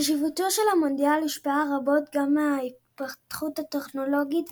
חשיבותו של המונדיאל הושפעה רבות גם מההתפתחות הטכנולוגית,